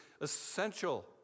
essential